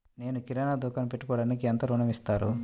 నేను కిరాణా దుకాణం పెట్టుకోడానికి ఎంత ఋణం ఇస్తారు?